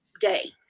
day